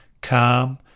calm